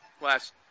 last